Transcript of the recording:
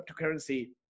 cryptocurrency